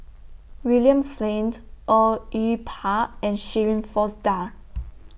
William Flint Au Yue Pak and Shirin Fozdar